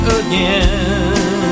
again